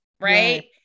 right